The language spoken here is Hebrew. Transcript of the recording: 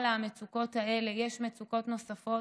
על המצוקות האלה יש מצוקות נוספות,